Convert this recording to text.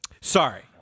Sorry